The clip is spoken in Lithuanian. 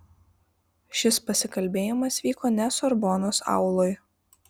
šis pasikalbėjimas vyko ne sorbonos auloj